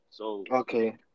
Okay